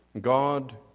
God